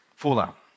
Fallout